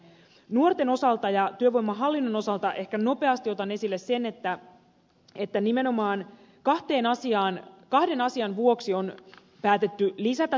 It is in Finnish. nuorten osalta ja työvoimahallinnon osalta ehkä nopeasti otan esille sen että nimenomaan kahden asian vuoksi on päätetty lisätä työvoimahallinnon resursseja